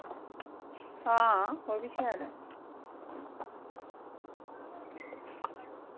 हां ओह् बी शैल ऐ